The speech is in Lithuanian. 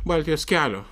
baltijos kelio